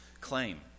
claim